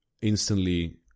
instantly